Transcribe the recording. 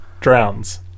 drowns